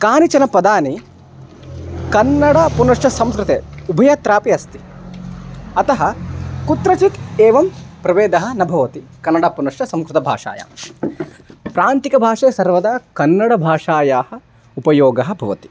कानिचन पदानि कन्नडे पुनश्च संस्कृते उभयत्रापि अस्ति अतः कुत्रचित् एवं प्रभेदः न भवति कन्नडं पुनश्च संस्कुतभाषायां प्रान्तीयभाषे सर्वदा कन्नडभाषायाः उपयोगः भवति